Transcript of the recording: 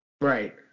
Right